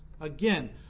Again